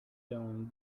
down